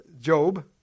Job